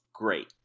Great